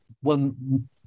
one